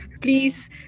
please